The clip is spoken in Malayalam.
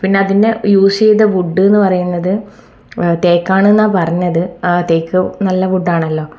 പിന്നെ അതിന് യൂസ് ചെയ്ത വുഡ് എന്നു പറയുന്നത് തേക്കാണെന്നാണ് പറഞ്ഞത് തേക്ക് നല്ല വുഡ്ഡാണല്ലോ